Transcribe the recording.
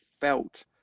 felt